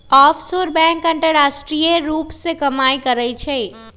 offshore bank अंतरराष्ट्रीय रूप से काम करइ छइ